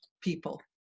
people